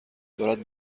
دارد